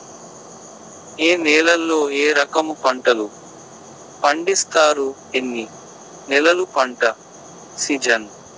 ఏ నేలల్లో ఏ రకము పంటలు పండిస్తారు, ఎన్ని నెలలు పంట సిజన్?